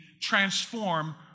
transform